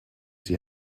sie